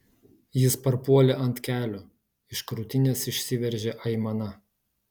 jis parpuolė ant kelių iš krūtinės išsiveržė aimana